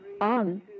on